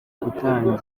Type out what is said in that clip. gutangira